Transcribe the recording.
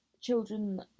children